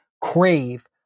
crave